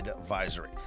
Advisory